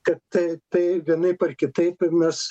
kad ta tai vienaip ar kitaip ir mes